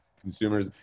consumers